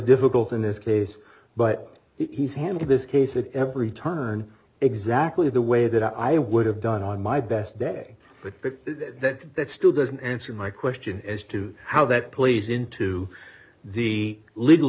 difficult in this case but he's handled this case at every turn exactly the way that i would have done on my best day but that still doesn't answer my question as to how that plays into the legal